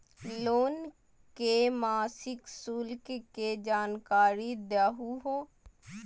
Loan के मासिक शुल्क के जानकारी दहु हो?